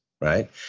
right